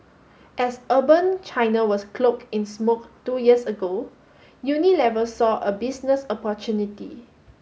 as urban China was cloaked in smoke two years ago Unilever saw a business opportunity